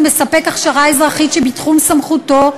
מספק הכשרה אזרחית שבתחום סמכותו,